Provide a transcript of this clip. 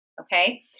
Okay